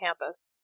campus